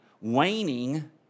waning